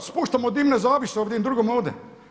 Spuštamo dimne zavjese drugom ovdje.